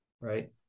right